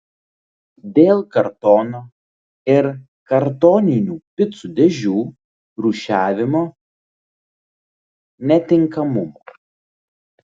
dėl kartono ir kartoninių picų dėžių rūšiavimo netinkamumo